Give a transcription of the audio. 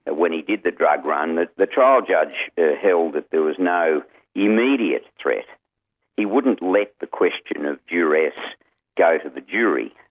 and when he did the drug run. the trial judge held that there was no immediate threat he wouldn't let the question of duress go to the jury,